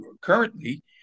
Currently